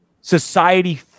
society